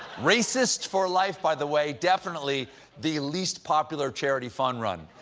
racist for life, by the way, definitely the least popular charity fun run.